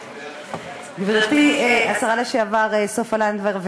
--- גברתי השרה לשעבר וידידתי סופה לנדבר,